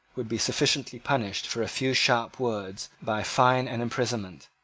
would be sufficiently punished for a few sharp words by fine and imprisonment.